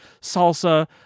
Salsa